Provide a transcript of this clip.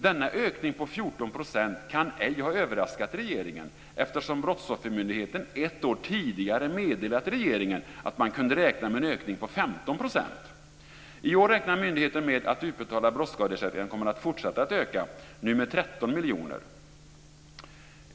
Denna ökning på 14 % kan ej ha överraskat regeringen, eftersom Brottsoffermyndigheten ett år tidigare meddelat regeringen att man kunde räkna med en ökning på 15 %. I år räknar myndigheten med att den utbetalda brottsskadeersättningen kommer att fortsätta att öka, och nu med 13 miljoner.